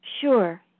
Sure